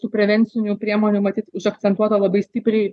tų prevencinių priemonių matyt užakcentuota labai stipriai